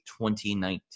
2019